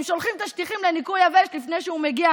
הם שולחים את השטיחים לניקוי יבש לפני שהוא מגיע,